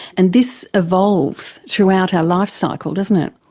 and this evolves throughout our life cycle, doesn't